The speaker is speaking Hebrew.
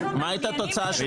מה הייתה התוצאה של